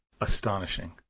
astonishing